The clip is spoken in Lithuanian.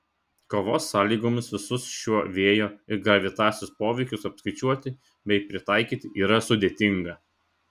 kovos sąlygomis visus šiuo vėjo ir gravitacijos poveikius apskaičiuoti bei pritaikyti yra sudėtinga